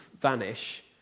vanish